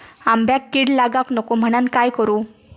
आंब्यक कीड लागाक नको म्हनान काय करू?